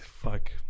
fuck